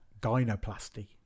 gynoplasty